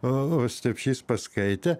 o stepšys paskaitė